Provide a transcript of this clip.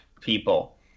people